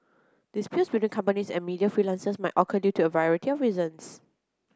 disputes between companies and media freelancers might occur due to a variety of reasons